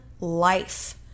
life